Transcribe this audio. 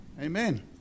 Amen